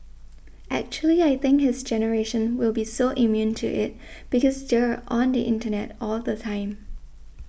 actually I think his generation will be so immune to it because they're on the internet all the time